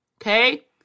Okay